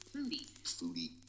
Foodie